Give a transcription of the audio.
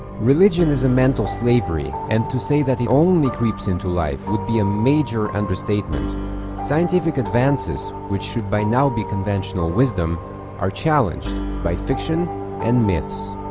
religion is a mental slavery and to say that the only creeps into life would be a major understatement scientific advances, which should by now be conventional wisdom are challenged by fiction and myths